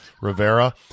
Rivera